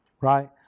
Right